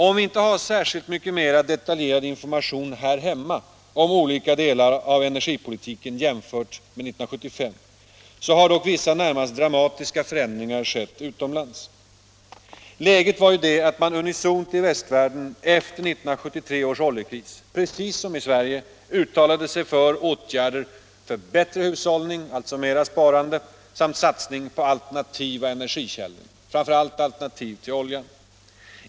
Om vi inte har särskilt mycket mera detaljerad information här hemma om olika delar av energipolitiken jämfört med 1975, så har dock vissa närmast dramatiska förändringar skett utomlands. Läget var ju det att man unisont i västvärlden efter 1973 års oljekris — precis som i Sverige — uttalade sig för åtgärder för bättre hushållning, alltså mera sparande, samt satsning på alternativa energikällor, framför allt alternativ till oljan.